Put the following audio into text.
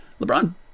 LeBron